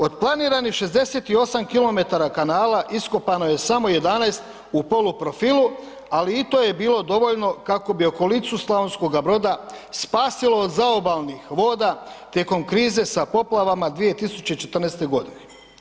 Od planiranih 68 kilometara kanala iskopano je samo 11 u poluprofilu, ali i to je bilo dovoljno kako bi okolicu Slavonskoga Broda spasilo od zaobalnih voda tijekom krize sa poplavama 2014. godine.